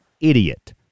idiot